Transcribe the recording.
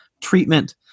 treatment